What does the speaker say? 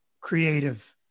creative